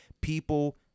people